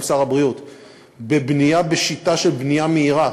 עם שר הבריאות בשיטה של בנייה מהירה,